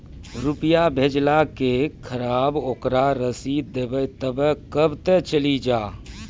रुपिया भेजाला के खराब ओकरा रसीद देबे तबे कब ते चली जा?